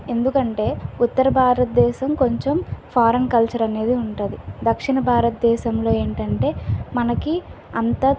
ఎందుకంటే ఉత్తర భారతదేశం కొంచెం ఫారిన్ కల్చర్ అనేది ఉంటుంది దక్షిణ భారతదేశంలో ఏంటంటే మనకి అంత